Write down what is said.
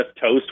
toast